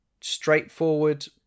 straightforward